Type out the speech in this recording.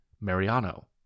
Mariano